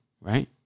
right